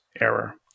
error